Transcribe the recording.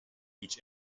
each